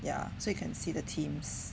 ya so you can see the teams